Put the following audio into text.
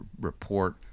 report